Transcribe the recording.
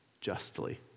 justly